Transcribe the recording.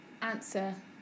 answer